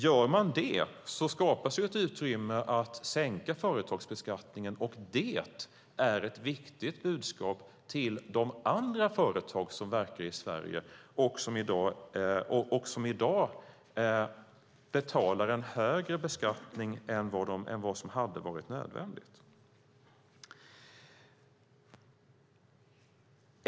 Om man gör det skapas ett utrymme att sänka företagsbeskattningen. Det är ett viktigt budskap till de andra företag som verkar i Sverige och som i dag betalar en högre skatt än vad som annars hade varit nödvändigt.